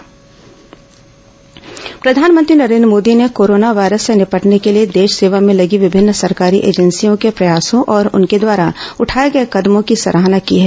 corona प्रधानमंत्री प्रधानमंत्री नरेंद्र मोदी ने कोरोना वायरस से निपटने के लिए देशसेवा में लगी विभिन्न सरकारी एजेंसियों के प्रयासों और उनके द्वारा उठाये गये कदमों की सराहना की है